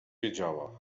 wiedziała